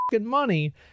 money